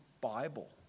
Bible